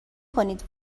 کنید